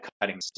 cutting